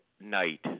night